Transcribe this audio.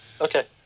Okay